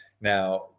Now